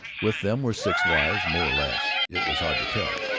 with them were six wives, more or less it was hard to tell,